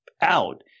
out